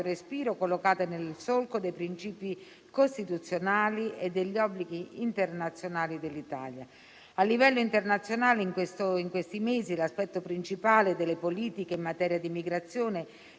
respiro e collocate nel solco dei principi costituzionali e degli obblighi internazionali dell'Italia. A livello internazionale, in questi mesi l'aspetto principale delle politiche in materia di immigrazione